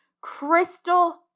crystal